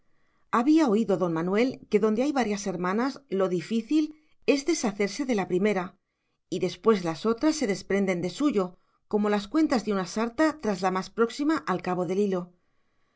había oído don manuel que donde hay varias hermanas lo difícil es deshacerse de la primera y después las otras se desprenden de suyo como las cuentas de una sarta tras la más próxima al cabo del hilo